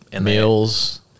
Meals